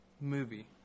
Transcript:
movie